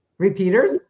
repeaters